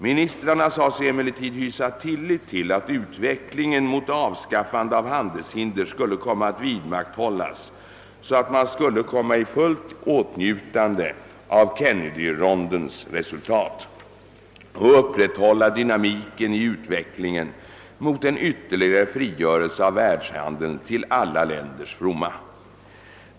Ministrarna sade sig emellertid hysa tillit till att utvecklingen mot avskaffande av handelshinder skulle komma att vidmakthållas, så att man skulle komma i fullt åtnjutande av Kennedyrondens resultat och upprätthålla dynamiken i utvecklingen mot en ytterligare frigörelse av världshandeln till alla länders fromma.